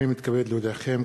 הנני מתכבד להודיעכם,